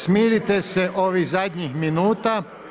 Smirite se ovih zadnjih minuta.